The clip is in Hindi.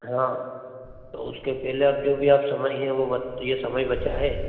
हाँ तो उसके पहले आप जो भी आप समझ गए हैं वो बत ये समय बचा है